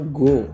go